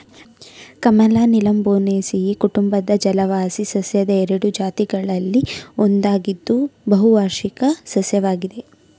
ಕಮಲ ನೀಲಂಬೊನೇಸಿಯಿ ಕುಟುಂಬದ ಜಲವಾಸಿ ಸಸ್ಯದ ಎರಡು ಜಾತಿಗಳಲ್ಲಿ ಒಂದಾಗಿದ್ದು ಬಹುವಾರ್ಷಿಕ ಸಸ್ಯವಾಗಿದೆ